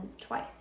twice